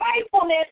faithfulness